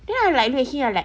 then I like hear him like